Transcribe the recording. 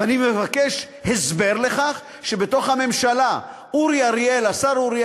ואני מבקש הסבר לכך שבתוך הממשלה השר אורי